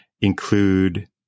include